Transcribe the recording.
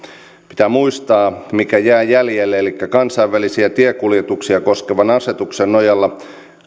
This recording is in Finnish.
pitää muistaa se mikä jää jäljelle elikkä kansainvälisiä tiekuljetuksia koskevan asetuksen nojalla